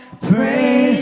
Praise